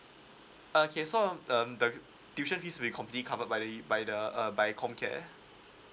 okay so um um the tuition fees will be completely covered by the by the um by comcare